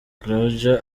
croidja